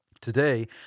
Today